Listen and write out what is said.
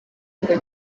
ngo